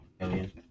alien